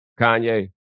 Kanye